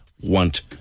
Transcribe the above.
want